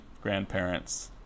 grandparents